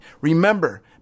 Remember